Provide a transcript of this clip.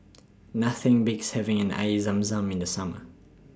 Nothing Beats having An Air Zam Zam in The Summer